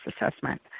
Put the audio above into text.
Assessment